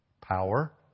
Power